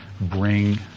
bring